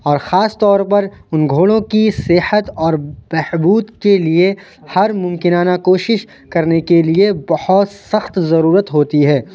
اور خاص طور پر ان گھوڑوں کی صحت اور بہبود کے لیے ہر ممکنہ کوشش کرنے کے لیے بہت سخت ضرورت ہوتی ہے